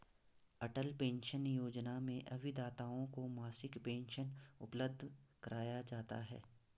अटल pension योजना में अभिदाताओं को मासिक पेंशन उपलब्ध कराया जाता है